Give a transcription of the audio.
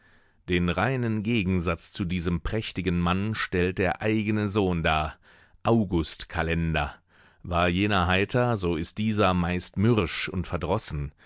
den reinen gegensatz zu diesem prächtigen mann stellt der eigene sohn dar august kalender war jener heiter so ist dieser meist mürrisch und verdrossen